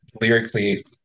lyrically